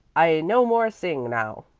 i no more sing, now,